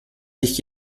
ich